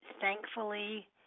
thankfully